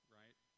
right